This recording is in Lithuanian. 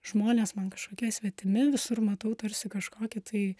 žmonės man kažkokie svetimi visur matau tarsi kažkokį tai